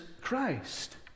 Christ